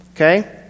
okay